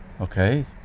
okay